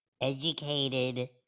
educated